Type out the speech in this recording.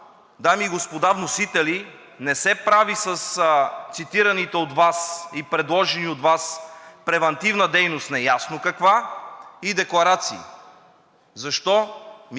дами и господа вносители, не се прави с цитираните от Вас и предложени от Вас превантивна дейност – неясно каква, и декларации. Защо?